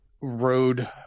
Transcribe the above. road